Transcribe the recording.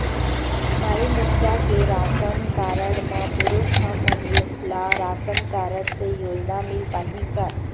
माई मुखिया के ration card म पुरुष हमन ला राशन कारड से योजना मिल पाही का?